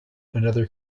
another